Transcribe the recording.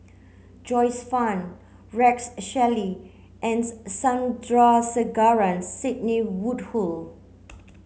Joyce Fan Rex Shelley and Sandrasegaran Sidney Woodhull